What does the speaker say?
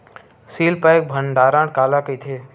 Seal pack भंडारण काला कइथे?